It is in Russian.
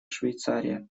швейцария